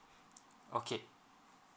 okay